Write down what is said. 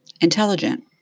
Intelligent